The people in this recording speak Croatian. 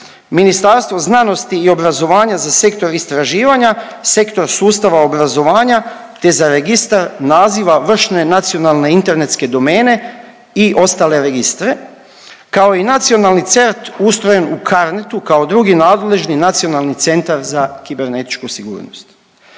Ministarstvo znanosti i obrazovanja za sektor istraživanja, Sektor sustava obrazovanja te za registar naziva vršne nacionalne internetske domene i ostale registre, kao i Nacionalni CERT ustrojen u CARNETU kao drugi nadležni Nacionalni centar za kibernetičku sigurnost.